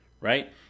right